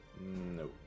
No